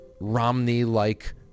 Romney-like